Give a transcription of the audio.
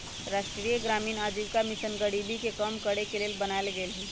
राष्ट्रीय ग्रामीण आजीविका मिशन गरीबी के कम करेके के लेल बनाएल गेल हइ